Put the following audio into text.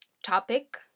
Topic